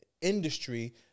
industry